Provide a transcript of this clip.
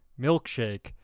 milkshake